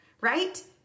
right